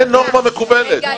אין נורמה מקובלת.